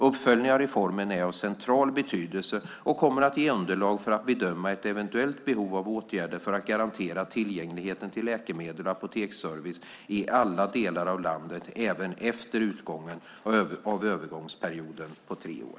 Uppföljning av reformen är av central betydelse och kommer att ge underlag för att bedöma ett eventuellt behov av åtgärder för att garantera tillgängligheten till läkemedel och apoteksservice i alla delar av landet även efter utgången av övergångsperioden på tre år.